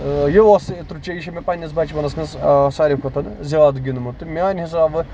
یہِ اوس یہِ چھےٚ مےٚ پَنٕنِس بَچپَنس منٛز ساروے کھوتہٕ زیادٕ گِندمُت تہٕ میانہِ حِسابہٕ